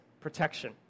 protection